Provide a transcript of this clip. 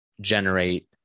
generate